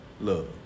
love